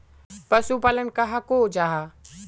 पशुपालन कहाक को जाहा?